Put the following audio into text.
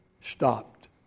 stopped